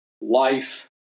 life